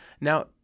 now